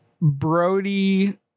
Brody